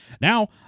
Now